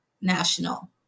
national